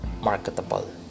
marketable